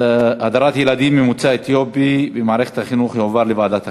הנושא הדרת ילדים ממוצא אתיופי במערכת החינוך יועבר לוועדת החינוך.